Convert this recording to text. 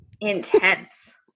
intense